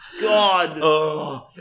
God